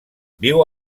viu